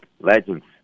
Legends